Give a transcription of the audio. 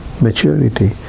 maturity